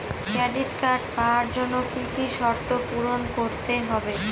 Credit card পাওয়ার জন্য কি কি শর্ত পূরণ করতে হবে?